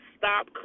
Stop